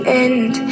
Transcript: end